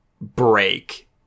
break